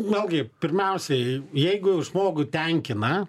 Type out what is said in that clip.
vėlgi pirmiausiai jeigu žmogų tenkina